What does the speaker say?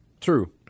True